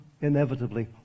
inevitably